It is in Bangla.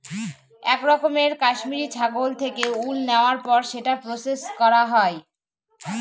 এক রকমের কাশ্মিরী ছাগল থেকে উল নেওয়ার পর সেটা প্রসেস করা হয়